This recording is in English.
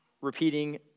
repeating